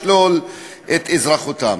לשלול את אזרחותם.